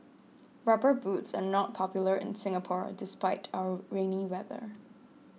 rubber boots are not popular in Singapore despite our rainy weather